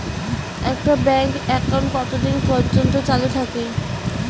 একটা bank account কতদিন পর্যন্ত চালু থাকে?